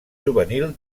juvenil